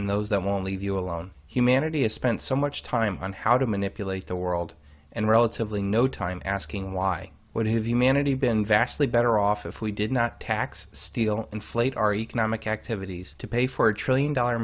and those that won't leave you alone humanity has spent so much time on how to manipulate the world and relatively no time asking why would have humanity been vastly better off if we did not tax steal inflate our economic activities to pay for a trillion dollar